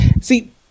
See